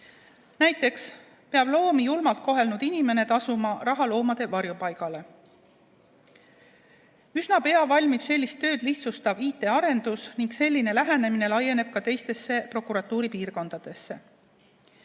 Näiteks peab loomi julmalt kohelnud inimene tasuma raha loomade varjupaigale. Üsna pea valmib sellist [lahendust] lihtsustav IT-arendus ning selline lähenemine laieneb ka teistesse prokuratuuri piirkondadesse.